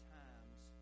times